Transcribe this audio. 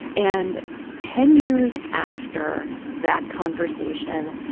and ten years after that conversation,